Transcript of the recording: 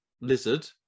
lizard